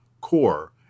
core